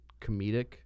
comedic